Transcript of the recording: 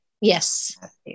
Yes